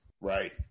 Right